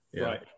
Right